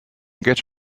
get